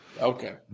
okay